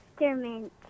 instrument